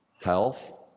health